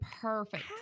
perfect